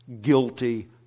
guilty